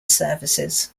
services